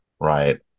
right